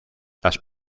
las